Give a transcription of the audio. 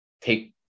take